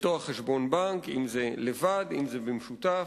לפתוח חשבון בנק, אם לבד או במשותף.